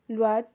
লোৱাত